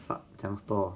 怎样 store